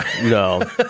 no